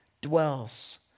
dwells